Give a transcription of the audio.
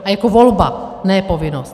A jako volba, ne povinnost.